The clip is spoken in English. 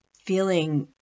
feeling